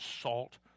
salt